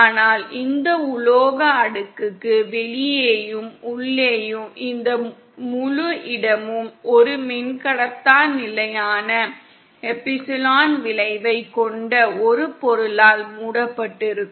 ஆனால் இந்த உலோக அடுக்குக்கு வெளியேயும் உள்ளேயும் இந்த முழு இடமும் ஒரு மின்கடத்தா நிலையான எப்சிலான் விளைவைக் கொண்ட ஒரு பொருளால் மூடப்பட்டிருக்கும்